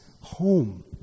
home